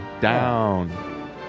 Down